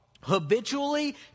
habitually